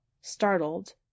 startled